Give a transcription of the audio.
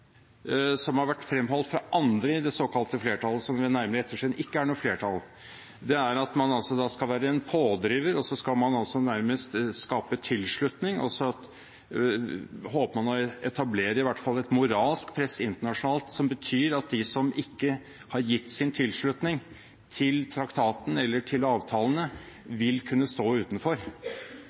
som har vært fremholdt fra andre i det såkalte flertallet, som ved nærmere ettersyn ikke er noe flertall, er at man skal være en pådriver, og så skal man nærmest skape tilslutning, og så håper man å etablere i hvert fall et moralsk press internasjonalt som betyr at de som ikke har gitt sin tilslutning til traktaten eller til avtalene, vil kunne stå utenfor.